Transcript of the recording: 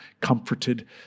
comforted